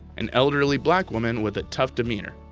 an elderly black woman with a tough demeanor,